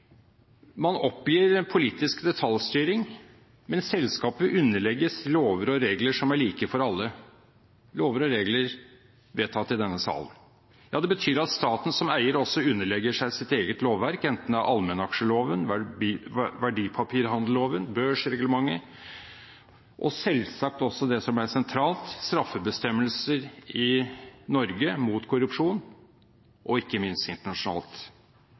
Man oppgir politisk detaljstyring, men selskapet underlegges lover og regler som er like for alle – lover og regler vedtatt i denne salen. Det betyr at staten som eier også underlegger seg sitt eget lovverk, enten det er allmennaksjeloven, verdipapirhandelloven eller børsreglementet – og selvsagt også det som ble sentralt: straffebestemmelser mot korrupsjon i Norge og ikke minst internasjonalt.